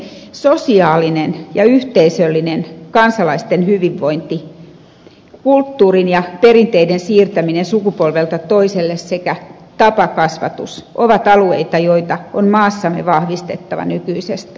sosiaalinen ja yhteisöllinen kansalaisten hyvinvointi kulttuurin ja perinteiden siirtäminen sukupolvelta toiselle sekä tapakasvatus ovat alueita joita on maassamme vahvistettava nykyisestä